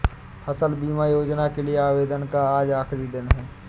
फसल बीमा योजना के लिए आवेदन का आज आखरी दिन है